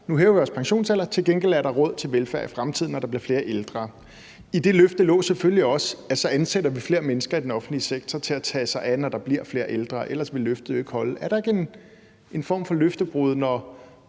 Nu hæver vi jeres pensionsalder, til gengæld er der råd til velfærd i fremtiden, når der bliver flere ældre. I det løfte lå selvfølgelig også, at vi så ansætter flere mennesker i den offentlige sektor til at tage sig af de flere ældre. Ellers ville løftet jo ikke holde. Er det ikke en form for løftebrud, når